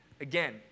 again